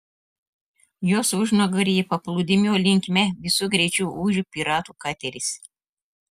jos užnugaryje paplūdimio linkme visu greičiu ūžė piratų kateris